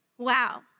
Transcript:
Wow